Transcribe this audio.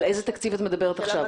על איזה תקציב את מדברת עכשיו?